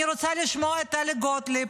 אני רוצה לשמוע את טלי גוטליב,